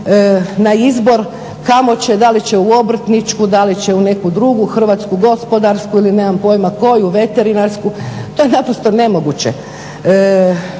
na izbor kamo će, da li će u obrtničku, da li će u neku drugu Hrvatsku gospodarsku komoru ili nemam pojma koju, veterinarsku. To je naprosto nemoguće.